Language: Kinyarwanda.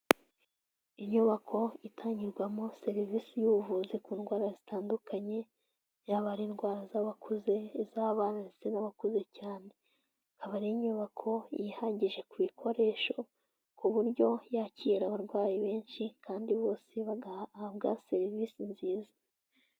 Inyubako itangirwamo serivisi y'ubuvuzi ku ndwara zitandukanye, yaba ari indwara z'abakuze, iz'abana ndetse n'abakuze cyane. Akaba ari inyubako yihagije ku bikoresho, ku buryo yakira abarwayi benshi kandi bose bagahabwa serivisi nziza.